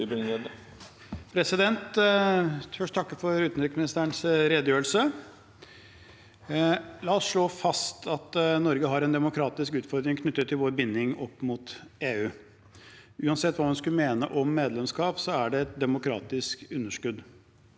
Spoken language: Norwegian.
Jeg vil først takke for utenriksministerens redegjørelse. La oss slå fast at Norge har en demokratisk utfordring knyttet til vår binding opp mot EU. Uansett hva man skulle mene om medlemskap, er det et demokratisk underskudd.